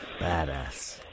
Badass